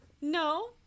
No